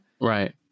Right